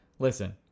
Listen